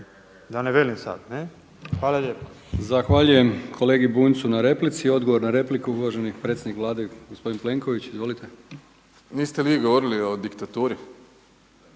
da ne velim sad. Ne? Hvala lijepa.